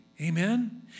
Amen